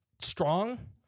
strong